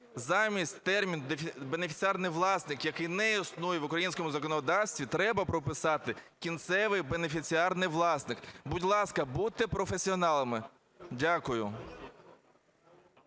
замість терміну "бенефіціарний власник", який не існує в українському законодавстві, треба прописати "кінцевий бенефіціарний власник". Будь ласка, будьте професіоналами. Дякую.